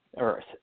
earth